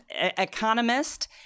economist